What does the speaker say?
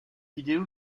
vidéo